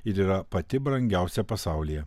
ir yra pati brangiausia pasaulyje